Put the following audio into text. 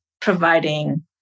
providing